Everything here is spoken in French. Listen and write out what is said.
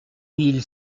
mille